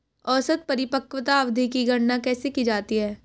औसत परिपक्वता अवधि की गणना कैसे की जाती है?